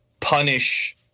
punish